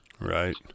Right